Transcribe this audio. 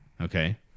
okay